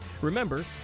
Remember